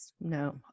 No